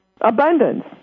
abundance